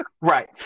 Right